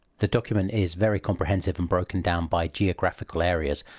the document is very comprehensive and broken down by geographical areas.